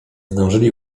zdążyli